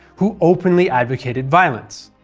who openly advocated violence.